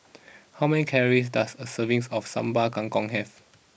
how many calories does a servings of Sambal Kangkong have